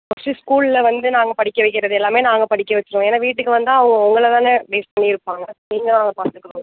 first ஸ்கூலில் வந்து நாங்கள் படிக்க வைக்கிறது எல்லாம் நாங்கள் படிக்க வச்சிருவோம் ஏன்னா வீட்டுக்கு வந்தால் அவங்க உங்களை தான் பேஸ் பண்ணி இருப்பாங்க ஸோ நீங்கள் தான் பார்த்துக்கணும்